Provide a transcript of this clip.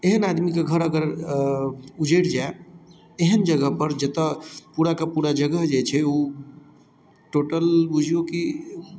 एहन आदमीके घर अगर उजैड़ जाए एहन जगह पर जतऽ पुराके पूरा जगह जे छै ओ टोटल बुझियौ की